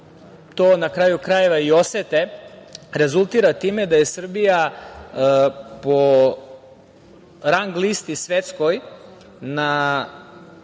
to na kraju krajeva i osete rezultirala time da je Srbija po rang listi svetskoj na